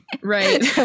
Right